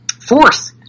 force